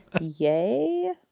yay